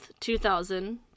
2000